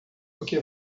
que